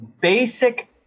basic